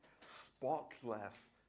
spotless